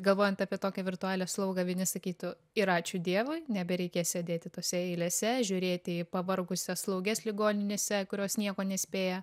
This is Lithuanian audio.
galvojant apie tokią virtualią slaugą vieni sakytų ir ačiū dievui nebereikės sėdėti tose eilėse žiūrėti į pavargusias slauges ligoninėse kurios nieko nespėja